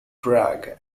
drag